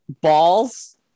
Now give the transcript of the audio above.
balls